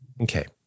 Okay